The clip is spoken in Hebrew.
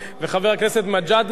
חבר הכנסת מג'אדלה,